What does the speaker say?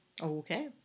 Okay